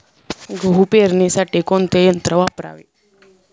गहू पेरणीसाठी कोणते यंत्र वापरावे?